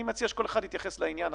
אני מציע שכל אחד יתייחס לעניין עצמו.